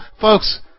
Folks